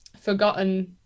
forgotten